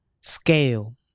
Scale